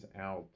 out